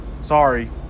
sorry